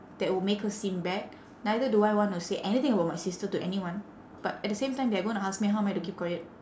that will make her seem bad neither do I want to say anything about my sister to anyone but at the same time they are gonna ask me how am I to keep quiet